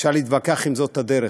אפשר להתווכח אם זאת הדרך,